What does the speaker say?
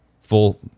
full